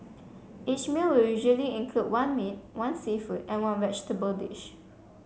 each meal will usually include one meat one seafood and one vegetable dish